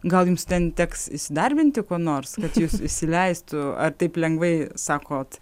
gal jums ten teks įsidarbinti kuo nors kad jus įsileistų ar taip lengvai sakot